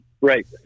Right